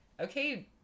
Okay